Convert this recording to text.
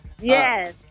Yes